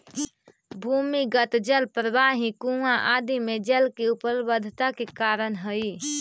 भूमिगत जल प्रवाह ही कुआँ आदि में जल के उपलब्धता के कारण हई